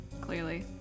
clearly